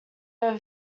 have